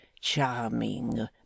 charming